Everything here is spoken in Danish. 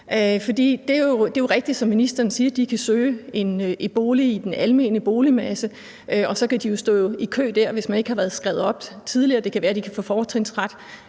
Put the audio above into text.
det er jo rigtigt, som ministeren siger, at de kan søge en bolig i den almene boligmasse, og så kan de stå i kø dér, hvis de ikke har været skrevet op tidligere, og det kan også være, at de kan få fortrinsret,